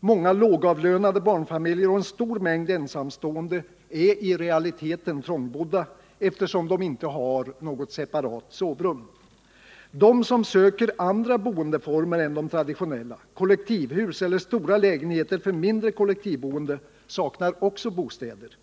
Många lågavlönade barnfamiljer och en stor mängd ensamstående är i realiteten trångbodda, eftersom de inte har något separat sovrum. De som söker andra boendeformer än de traditionella — kollektivhus eller stora lägenheter för mindre kollektivboende — saknar också bostäder.